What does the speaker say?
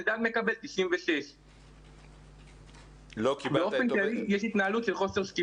אלדד מקבל 96. יש התנהלות של חוסר שקיפות.